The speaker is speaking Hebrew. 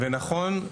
ונכון,